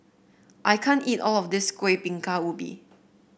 I can't eat all of this Kuih Bingka Ubi